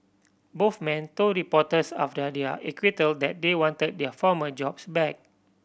both men told reporters after their acquittal that they wanted their former jobs back